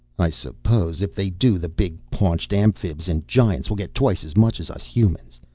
i suppose if they do, the big-paunched amphibs and giants will get twice as much as us humans.